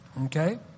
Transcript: Okay